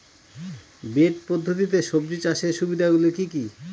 Bed পদ্ধতিতে সবজি চাষের সুবিধাগুলি কি কি?